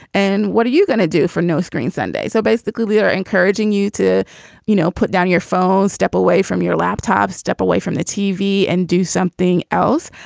and what are you going to do for no screen sunday. so basically we are encouraging you to you know put down your phone. step away from your laptop. step away from the tv and do something else.